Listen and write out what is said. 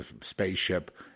spaceship